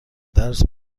درس